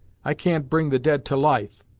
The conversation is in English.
i can't bring the dead to life,